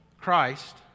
Christ